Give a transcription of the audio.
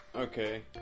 Okay